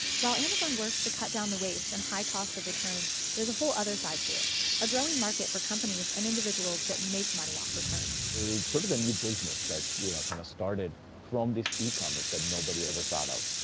while amazon works to cut down the waste and high cost of returns, there's a whole other side to it a growing market for companies and individuals that make money off returns. it's sort of a new business that kind of started from this e-commerce that nobody ever thought of.